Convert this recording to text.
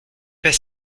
pas